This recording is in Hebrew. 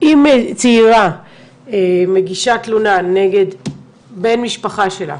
אם צעירה מגישה תלונה נגד בן משפחה שלה,